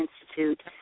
Institute